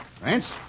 Rance